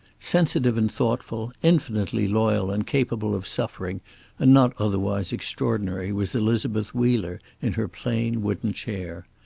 sensitive and thoughtful, infinitely loyal and capable of suffering and not otherwise extraordinary was elizabeth wheeler in her plain wooden chair.